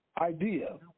idea